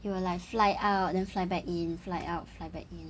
it will like fly out then fly back in fly out then fly back in